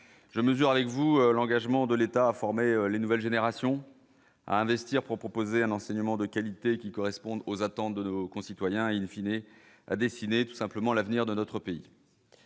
je mesure avec vous l'engagement de l'État a former les nouvelles générations à investir pour proposer un enseignement de qualité qui correspondent aux attentes de nos concitoyens in fine et à dessiner tout simplement l'avenir de notre pays.